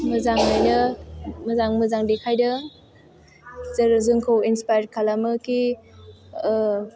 मोजाङैनो मोजां मोजां देखायदों जेरै जोंखौ इन्सपायार्द खालामोखि